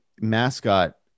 mascot